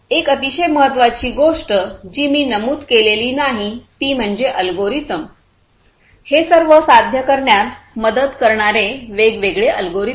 एक अतिशय महत्वाची गोष्ट जी मी नमूद केलेली नाही ती म्हणजे अल्गोरिदम हे सर्व साध्य करण्यात मदत करणारे वेगवेगळे अल्गोरिदम